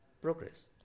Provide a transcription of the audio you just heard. Progress